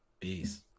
Peace